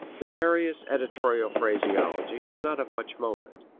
the various editorial phraseology is not of much moment.